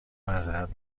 معذرت